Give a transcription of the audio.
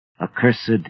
Accursed